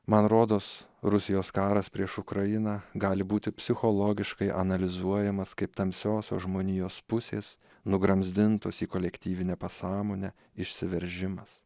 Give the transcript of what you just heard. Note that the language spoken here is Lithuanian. man rodos rusijos karas prieš ukrainą gali būti psichologiškai analizuojamas kaip tamsiosios žmonijos pusės nugramzdintos į kolektyvinę pasąmonę išsiveržimas